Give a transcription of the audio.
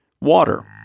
water